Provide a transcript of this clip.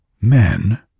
men